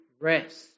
rest